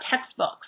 textbooks